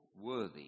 worthy